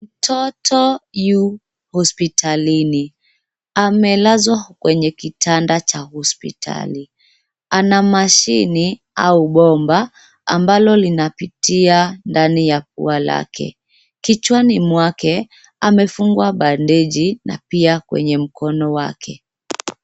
Mtoto yu hospitalini. Amelazwa kwenye kitanda cha hospitali. Ana mashini au bomba ambalo linapitia ndani ya pua lake. Kichwani mwake amefungwa bandeji na pia kwenye mkono wake.